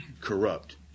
corrupt